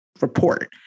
report